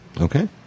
Okay